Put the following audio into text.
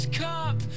cup